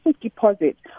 deposits